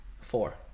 Four